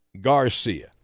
Garcia